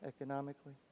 economically